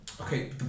okay